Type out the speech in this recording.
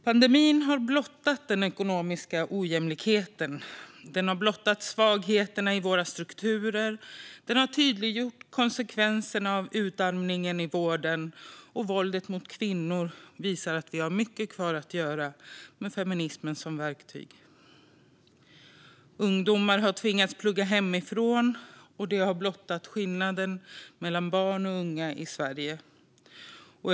Pandemin har blottat den ekonomiska ojämlikheten och svagheterna i våra strukturer, och den har tydliggjort konsekvenserna av utarmningen i vården. Och våldet mot kvinnor visar att vi har mycket kvar att göra med feminismen som verktyg. Ungdomar har tvingats plugga hemifrån, och detta har blottat skillnaderna bland barn och unga i Sverige.